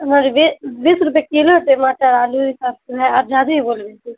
ہمارے بیس روپے کلو ٹماٹر آلو اس حساب سے ہے آپ زیادہ ہی بول رہے کچھ